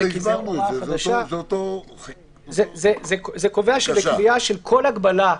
זה קובע, בקביעה של כל הגבלה,